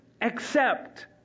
accept